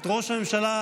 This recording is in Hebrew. את ראש הממשלה,